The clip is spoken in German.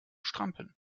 strampeln